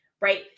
right